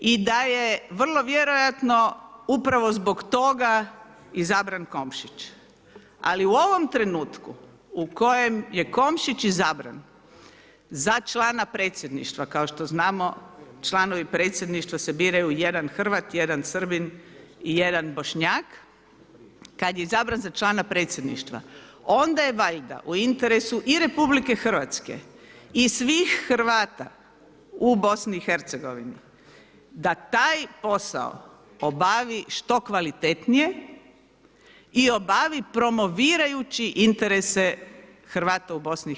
I da je vrlo vjerojatno upravo zbog toga izabran Komšić, ali u ovom trenutku u kojem je Komšić izabran za člana predsjedništva kao što znamo članovi predsjedništava se biraju jedan Hrvat, jedan Srbin i jedan Bošnjak, kad je izabran za člana predsjedništva onda je valja u interesu i RH i svih Hrvata u BiH da taj posao obavi što kvalitetnije i obavi promovirajući interese Hrvata u BiH.